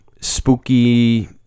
spooky